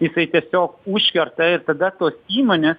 jisai tiesiog užkerta ir tada tos įmonės